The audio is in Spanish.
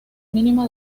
mínima